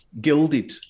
gilded